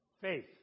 faith